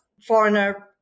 foreigner